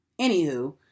anywho